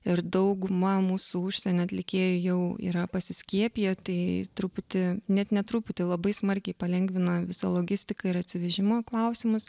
ir dauguma mūsų užsienio atlikėjai jau yra pasiskiepiję tai truputį net ne truputį labai smarkiai palengvina visą logistiką ir atsivežimo klausimus